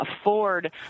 afford